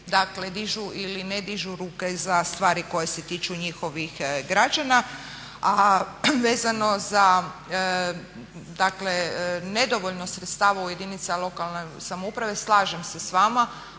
dakle dižu ili ne dižu ruke za stvari koje se tiču njihovih građana. A vezano za dakle nedovoljno sredstava u jedinicama lokalne samouprave slažem se s vama,